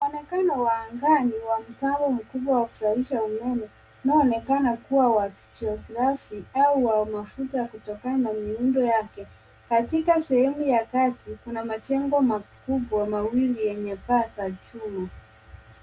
Mwonekano wa angani wa mtambo mkubwa wa kuzalisha umeme unaoonekana kuwa wa jotoardhi au mafuta kutokana na miundo yake. Katika sehemu ya kati ,kuna majengo makubwa mawili yenye paa za chuma.